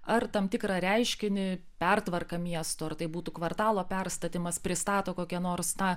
ar tam tikrą reiškinį pertvarką miesto ar tai būtų kvartalo perstatymas pristato kokią nors tą